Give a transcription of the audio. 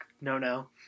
no-no